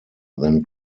then